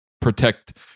protect